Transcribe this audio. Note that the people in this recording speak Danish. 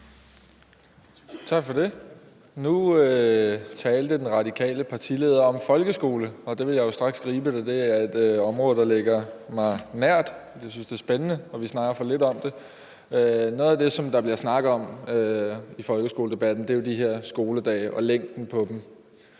Tak for det. Nu talte den radikale partileder om folkeskolen, og den vil jeg straks gribe. Det er et område, der ligger mig nært. Jeg synes, det er spændende, og vi snakker for lidt om det. Noget af det, der bliver snakket om i folkeskoledebatten, er jo de her skoledage og længden af dem.